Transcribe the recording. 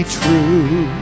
true